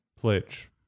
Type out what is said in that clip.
pledge